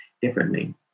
differently